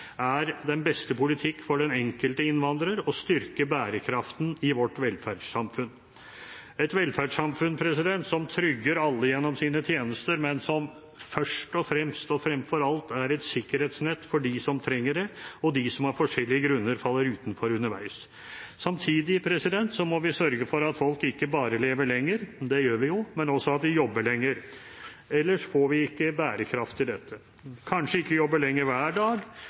er den beste politikk for den enkelte innvandrer og styrker bærekraften i vårt velferdssamfunn, et velferdssamfunn som trygger alle gjennom sine tjenester, men som først og fremst og fremfor alt er et sikkerhetsnett for dem som trenger det, og dem som av forskjellige grunner faller utenfor underveis. Samtidig må vi sørge for at folk ikke bare lever lenger – det gjør vi jo – men også at vi jobber lenger. Ellers får vi ikke bærekraft i dette. Kanskje skal vi ikke jobbe lenger hver dag